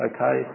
Okay